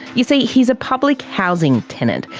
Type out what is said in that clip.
you see he's a public housing tenant.